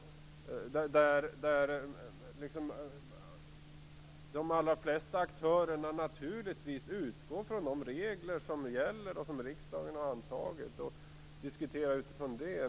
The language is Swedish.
De allra flesta aktörer utgår naturligtvis från de regler som gäller och som riksdagen har antagit och diskuterar utifrån det.